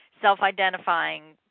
self-identifying